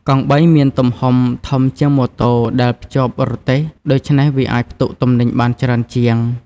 កង់បីមានទំហំធំជាងម៉ូតូដែលភ្ជាប់រទេះ ដូច្នេះវាអាចផ្ទុកទំនិញបានច្រើនជាង។